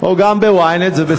או גם ב-ynet, זה בסדר.